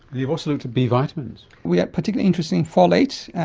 you've also looked b vitamins. we are particularly interested in folates,